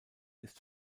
ist